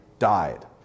died